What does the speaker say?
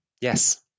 yes